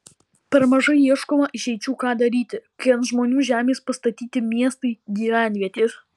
per mažai ieškoma išeičių ką daryti kai ant žmonių žemės pastatyti miestai gyvenvietės